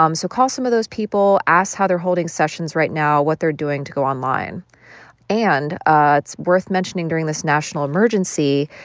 um so call some of those people, ask how they're holding sessions right now, what they're doing to go online and ah it's worth mentioning during this national emergency,